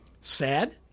Sad